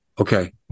Okay